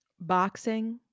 Boxing